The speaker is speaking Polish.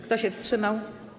Kto się wstrzymał?